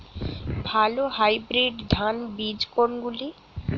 ভালো হাইব্রিড ধান বীজ কোনগুলি?